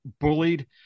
bullied